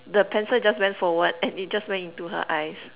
the pencil just went forward and it just went into her eyes